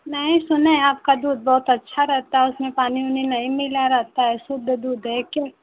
नहीं सुने है आपका दूध बहुत अच्छा रहता है उसमें पानी उनी नहीं मिला रहता है शुद्ध दूध है क्या